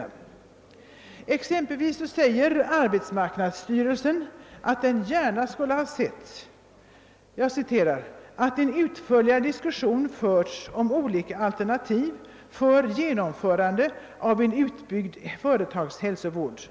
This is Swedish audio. Arbetsmarknadsstyrelsen säger exempelvis att den gärna hade sett »att en utförligare diskussion förts om olika alternativ för genomförande av en utbyggd företagshälsovård».